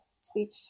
speech